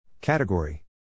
Category